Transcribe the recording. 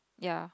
ya